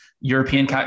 European